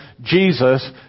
Jesus